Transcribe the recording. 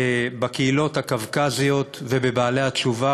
הקהילות הקווקזיות ובעלי התשובה.